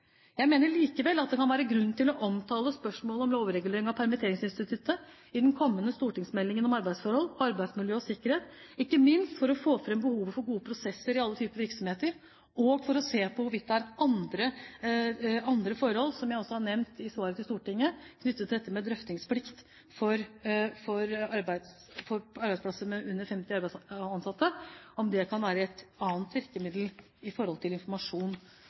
Jeg mener likevel at det kan være grunn til å omtale spørsmålet om lovregulering av permitteringsinstituttet i den kommende stortingsmeldingen om arbeidsforhold, arbeidsmiljø og sikkerhet, ikke minst for å få fram behovet for gode prosesser i alle typer virksomheter og se på hvorvidt det er andre forhold, slik jeg har nevnt i svaret til Stortinget, angående drøftingsplikt for arbeidsplasser med under 50 ansatte, der man kan ha et annet virkemiddel for informasjon knyttet til